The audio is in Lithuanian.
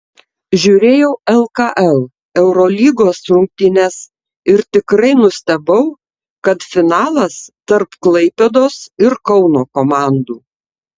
žiūrėjau lkl eurolygos rungtynes ir tikrai nustebau kad finalas tarp klaipėdos ir kauno komandų